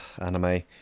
anime